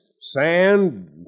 sand